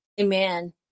Amen